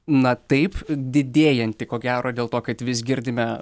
na taip didėjanti ko gero dėl to kad vis girdime